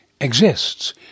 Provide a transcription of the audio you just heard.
exists